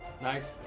Nice